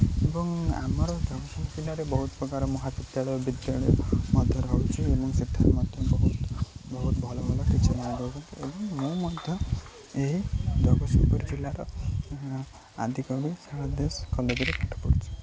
ଏବଂ ଆମର ଜଗତସିଂହପୁର ଜିଲ୍ଲାରେ ବହୁତ ପ୍ରକାର ମହାବିଦ୍ୟାଳୟ ବିଦ୍ୟାଳୟ ମଧ୍ୟ ରହୁଛି ଏବଂ ସେଠାରେ ମଧ୍ୟ ବହୁତ ବହୁତ ଭଲ ଭଲ ଟିଚର୍ମାନେ ରହୁଛନ୍ତି ଏବଂ ମୁଁ ମଧ୍ୟ ଏହି ଜଗସିଂହପୁର ଜିଲ୍ଲାର ଆଦିକବି ସାରଳା ଦାସ କଲେଜ୍ରେ ପାଠ ପଢୁଛି